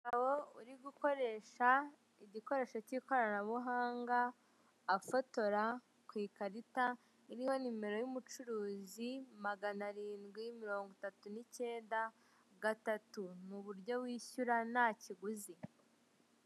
Umugabo uri gukoresha igikoresho k'ikoranabuhanga afotora ku ikarita iriho nimero y'umucuruzi magana arindwi mirongo itanu n'icyenda gatatu, mu buryo wishyura ntakiguzi.